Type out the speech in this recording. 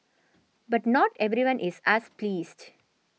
but not everyone is as pleased